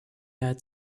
had